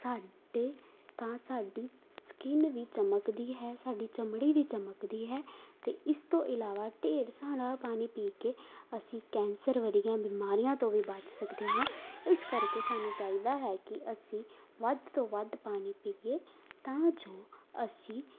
ਸਾਡੇ ਤਾਂ ਸਾਡੀ ਸਕਿੰਨ ਵੀ ਚਮਕਦੀ ਹੈ ਸਾਡੀ ਚਮੜੀ ਵੀ ਚਮਕਦੀ ਹੈ ਅਤੇ ਇਸ ਤੋਂ ਇਲਾਵਾ ਢੇਰ ਸਾਰਾ ਪਾਣੀ ਪੀ ਕੇ ਅਸੀਂ ਕੈਂਸਰ ਵਰਗੀਆਂ ਬਿਮਾਰੀਆਂ ਤੋਂ ਵੀ ਬਚ ਸਕਦੇ ਹਾਂ ਇਸ ਕਰਕੇ ਸਾਨੂੰ ਚਾਹੀਦਾ ਹੈ ਕਿ ਅਸੀਂ ਵੱਧ ਤੋਂ ਵੱਧ ਪਾਣੀ ਪੀਏ ਤਾਂ ਜੋ ਅਸੀਂ